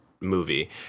movie